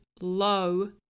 low